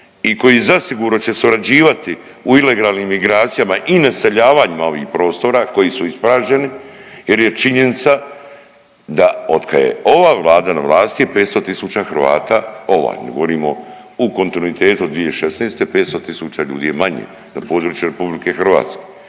i koji zasigurno će surađivati u ilegalnim migracijama i naseljavanjima ovih prostora koji su ispražnjeni jer je činjenica da od kad je ova Vlada na vlasti, 500 tisuća Hrvata, ovaj, mi govorimo u kontinuitetu od 2016. 500 tisuća ljudi je manje na području RH.